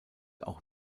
auch